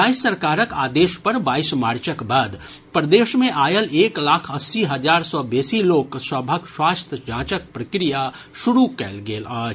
राज्य सरकारक आदेश पर बाईस मार्चक बाद प्रदेश मे आयल एक लाख अस्सी हजार सँ बेसी लोक सभक स्वास्थ्य जांचक प्रक्रिया शुरू कयल गेल अछि